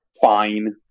fine